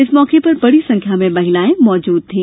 इस मौके पर बड़ी संख्या में महिलाए मौजूद थी